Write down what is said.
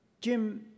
Jim